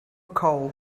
coal